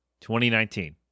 2019